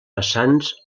vessants